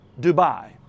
Dubai